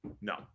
No